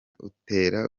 utera